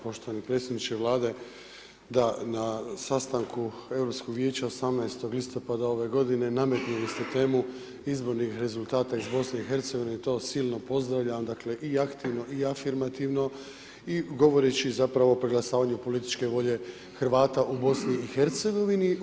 Poštovani predsjedniče Vlade, da na sastanku Europskog Vijeća 18. listopada ove godine nametnuli ste temu izbornih rezultata iz BiH-a i to silno pozdravljam, dakle i aktivno i afirmativno i govoreći zapravo o preglasavanju političke volje Hrvata u BiH-a.